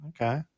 okay